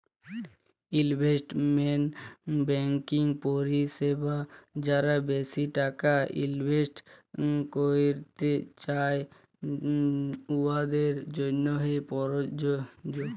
investment banking পরিছেবা যারা বেশি টাকা ইলভেস্ট ক্যইরতে চায়, উয়াদের জ্যনহে পরযজ্য